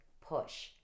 push